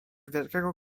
wielkiego